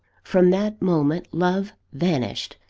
from that moment, love vanished,